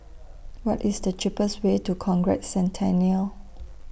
What IS The cheapest Way to Conrad Centennial